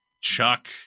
Chuck